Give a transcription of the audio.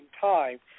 time